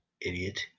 Idiot